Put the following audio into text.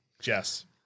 Jess